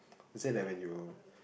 they said then when you